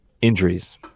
Injuries